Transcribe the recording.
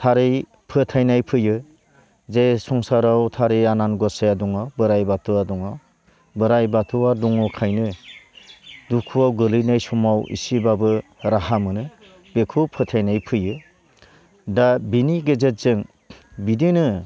थारै फोथायनाय फैयो जे संसाराव थारै आनान गसाया दङ बोराइ बाथौआ दङ बोराइ बाथौआ दङखायनो दुखुआव गोलैनाय समाव एसेब्लाबो राहा मोनो बेखौ फोथायनाय फैयो दा बिनि गेजेरजों बिदिनो